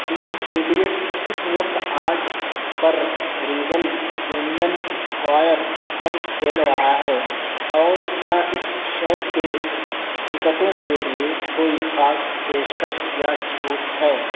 تین ایڈیئٹس کس وقت آج پر ریگل یونین اسکوائر پر کھیل رہا ہے اور کیا اس شو کے ٹکٹوں کے لیے کوئی خاص پیشکش یا چھوٹ ہے